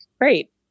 great